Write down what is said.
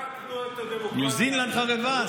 חיזקנו את הדמוקרטיה, ניו זילנד חרבה?